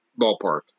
ballpark